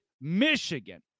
Michigan